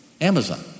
Amazon